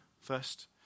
first